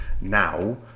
now